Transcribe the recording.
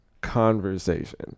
conversation